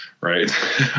right